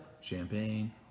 champagne